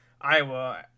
Iowa